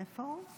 איפה הוא?